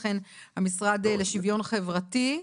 המשרד לשוויון חברתי,